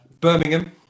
Birmingham